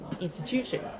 institution